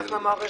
קנס למערכת.